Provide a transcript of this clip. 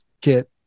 get